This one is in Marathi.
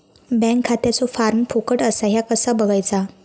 बँक खात्याचो फार्म फुकट असा ह्या कसा बगायचा?